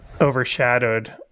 overshadowed